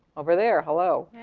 over there, hello.